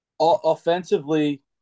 Offensively